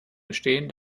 gestehen